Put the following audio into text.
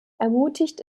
ermutigt